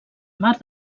mar